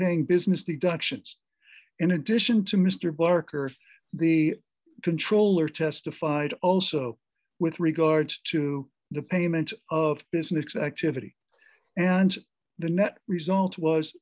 paying business the dutchman's in addition to mr barker the controller testified also with regard to the payment of business activity and the net result was